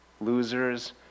Losers